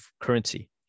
currency